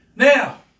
Now